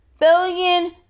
billion